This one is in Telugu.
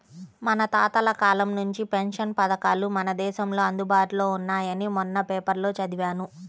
మన తాతల కాలం నుంచే పెన్షన్ పథకాలు మన దేశంలో అందుబాటులో ఉన్నాయని మొన్న పేపర్లో చదివాను